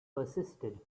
persisted